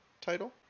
title